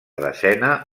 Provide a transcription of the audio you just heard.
desena